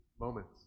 moments